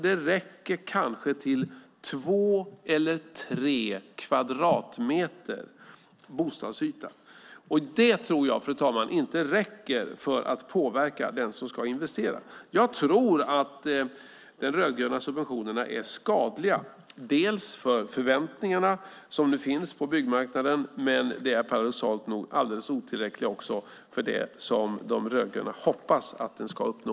Det räcker kanske till två eller tre kvadratmeter bostadsyta, och det, herr talman, tror jag inte räcker för att påverka den som ska investera. Jag tror att de rödgröna subventionerna är skadliga för de förväntningar som nu finns på byggmarknaden, men de är paradoxalt nog alldeles otillräckliga också för det som De rödgröna hoppas att uppnå.